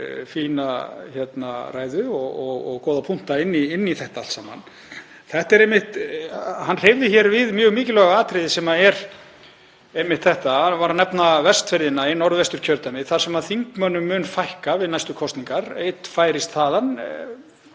fína ræðu og góða punkta inn í þetta allt saman. Hann hreyfði hér við mjög mikilvægu atriði sem er einmitt það að nefna Vestfirðina í Norðvesturkjördæmi þar sem þingmönnum mun fækka við næstu kosningar. Einn færist þaðan